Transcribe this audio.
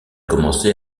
commencé